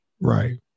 Right